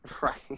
Right